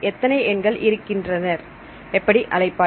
எத்தனை எண்கள் இருக்கின்றனர் எப்படி அழைப்பாய்